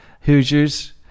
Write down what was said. Hoosiers